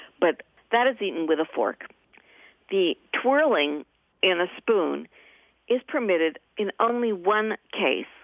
but that is eaten with a fork the twirling in a spoon is permitted in only one case.